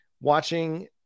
watching